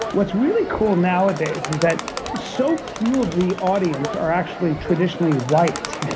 what's really cool nowadays is that so few of the audience are actually traditionally white.